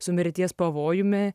su mirties pavojumi